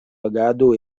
agado